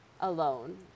alone